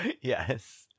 Yes